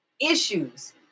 issues